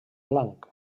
blanc